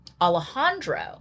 Alejandro